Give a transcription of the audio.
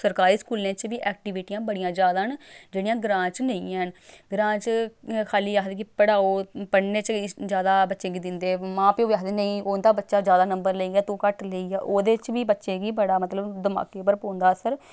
सरकारी स्कूलें च बी ऐक्टीविटियां बड़ियां जादा न जेह्ड़ियां ग्रांऽ च नेईं हैन ग्रांऽ च खाल्ली आखदे कि पढ़ाओ पढ़ने च जादा बच्चें गी दिंदे मां प्यो बी आखदे नेईं उं'दा बच्चा जादा नंबर लेई गेआ तूं घट्ट लेई गेआ ओह्दे च बी बच्चें गी बड़ा मतलब दमाकै पर पौंदा असर